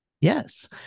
yes